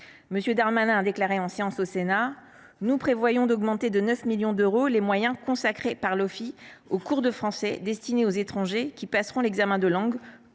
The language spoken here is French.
M. Darmanin a déclaré en séance publique au Sénat :« Nous prévoyons d’augmenter de 9 millions d’euros les moyens consacrés par l’Ofii aux cours de français destinés aux étrangers qui passeront l’examen de langue